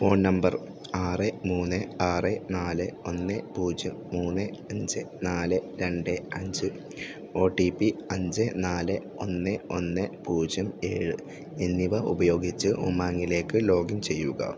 phone number ആറ് മൂന്ന് ആറ് നാല് ഒന്ന് പൂജ്യം മൂന്ന് അഞ്ച് നാല് രണ്ട് അഞ്ച് ഒ ടി പി അഞ്ച് നാല് ഒന്ന് ഒന്ന് പൂജ്യം ഏഴ് എന്നിവ ഉപയോഗിച്ച് ഉമാങ്ങിലേക്ക് ലോഗിൻ ചെയ്യുക